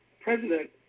President